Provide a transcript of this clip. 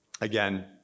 Again